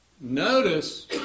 Notice